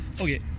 Okay